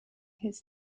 his